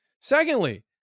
Secondly